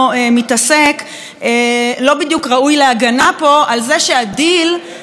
והוא לא בדיוק ראוי להגנה פה על זה שהדיל למנות אותו לראש